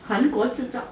韩国制造